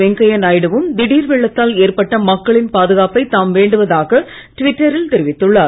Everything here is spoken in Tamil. வெங்கய்யா நாயுடுவும் திடீர் வெள்ளத்தால் பாதிக்கப்பட்ட மக்களின் பாதுகாப்பைத் தாம் வேண்டுவதாக ட்விட்டரில் தெரிவித்துள்ளார்